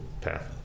path